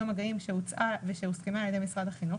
מגעים שהוצעה ושהותקנה על ידי משרד החינוך